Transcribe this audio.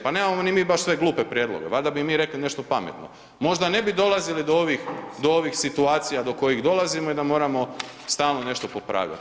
Pa nemamo ni mi baš sve glupe prijedloge, valjda bi i mi rekli nešto pametno, možda ne bi dolazili do ovih situacija do kojih dolazimo i da moramo stalno nešto popravljat.